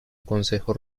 consejo